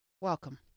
welcome